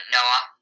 Noah